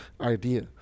idea